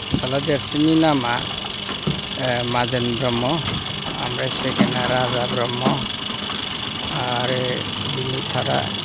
फिसाला देरसिननि नामआ माजेन ब्रह्म आमफ्राय सेकेन्डना राजा ब्रह्म आरो बिनि थारआ